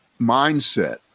mindset